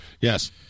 Yes